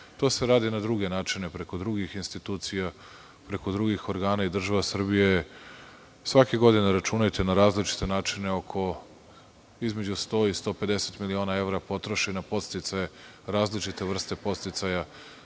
To se radi na druge načine, preko drugih institucija, preko drugih organa. Država Srbija svake godine, računajte na drugačije načine, između 100 i 150 miliona evra potroši na podsticaje, različite vrste podsticaja